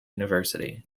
university